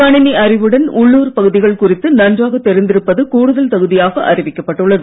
கணினி அறிவுடன் உள்ளுர் பகுதிகள் குறித்து நன்றாக தெரிந்திருப்பது கூடுதல் தகுதியாக அறிவிக்கப்பட்டுள்ளது